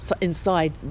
inside